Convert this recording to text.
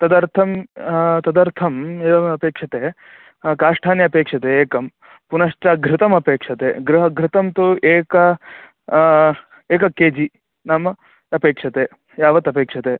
तदर्थं तदर्थं एवमेवमपेक्षते काष्ठानि अपेक्षते एकं पुनश्च घृतम् अपेक्षते गृह घृतं तु एक एक के जि नाम अपेक्षते यावत् अपेक्षते